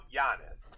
Giannis